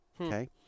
Okay